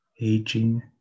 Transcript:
aging